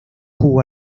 jugó